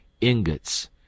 ingots